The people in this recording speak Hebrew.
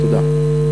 תודה.